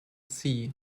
sea